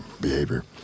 behavior